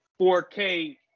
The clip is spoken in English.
4k